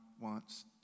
wants